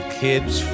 kids